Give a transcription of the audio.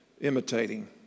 imitating